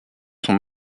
sont